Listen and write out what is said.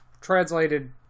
translated